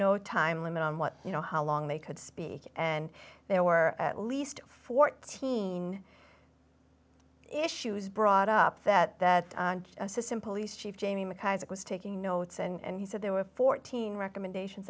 no time limit on what you know how long they could speak and there were at least fourteen issues brought up that that assistant police chief jamie mcisaac was taking notes and he said there were fourteen recommendations